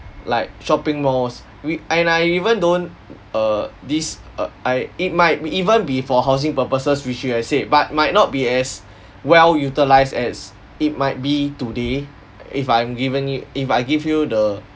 like shopping malls we and I even don't err this err I it might be even be for housing purposes which you have said but might not be as well utilised as it might be today if I'm given it if I give you the